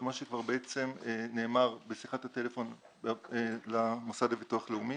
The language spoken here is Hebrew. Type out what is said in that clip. מה שכבר נאמר בשיחת הטלפון למוסד לביטוח לאומי.